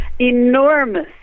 enormous